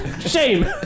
Shame